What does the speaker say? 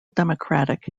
democratic